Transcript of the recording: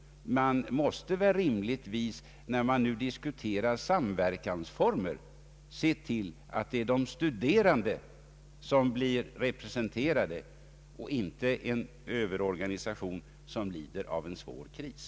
När man nu diskuterar samverkansformer måste man givetvis se till att det är de studerande som blir representerade och inte en överorganisation som lider av en svår kris.